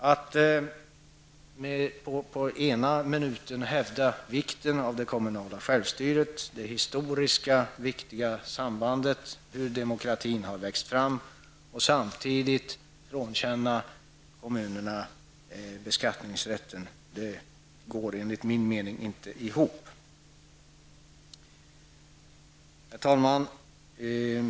Att ena minuten hävda vikten av det kommunala självstyret, det historiska, viktiga sambandet när demokratin har växt fram, och andra minuten frånkänna kommunerna beskattningsrätten går enligt min mening inte ihop. Herr talman!